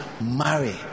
marry